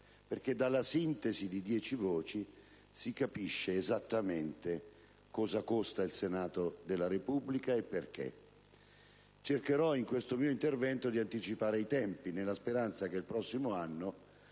voci. Dalla sintesi di dieci voci, infatti, si capisce esattamente cosa costa il Senato della Repubblica e perché. Cercherò in questo mio intervento di anticipare i tempi, nella speranza che il prossimo anno